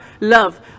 love